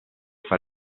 far